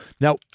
Now